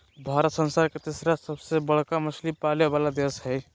भारत संसार के तिसरा सबसे बडका मछली पाले वाला देश हइ